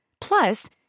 Plus